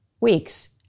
weeks